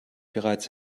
bereits